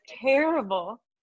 terrible